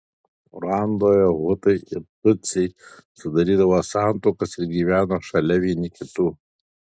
ruandoje hutai ir tutsiai sudarydavo santuokas ir gyveno šalia vieni kitų